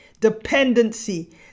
dependency